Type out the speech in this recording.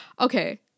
Okay